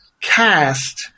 cast